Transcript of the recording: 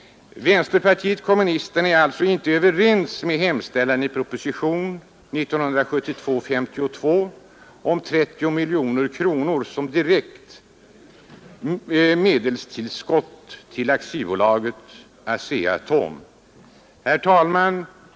Vänsterpartiet kommunisterna ansluter sig alltså inte till hemställan i propositionen om 30 miljoner kronor som direkt medelstillskott till AB ASEA-Atom. Herr talman!